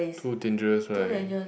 too dangerous right